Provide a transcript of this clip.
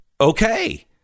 Okay